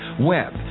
web